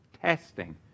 testing